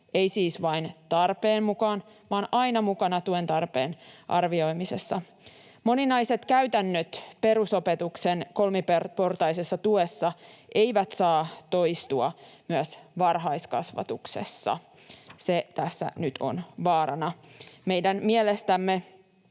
ei siis vain tarpeen mukaan vaan aina mukana tuen tarpeen arvioimisessa. Moninaiset käytännöt perusopetuksen kolmiportaisessa tuessa eivät saa toistua myös varhaiskasvatuksessa. Se tässä nyt on vaarana. Meidän mielestämme